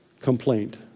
complaint